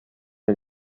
del